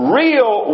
real